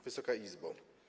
Wysoka Izbo!